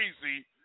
crazy